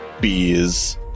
bees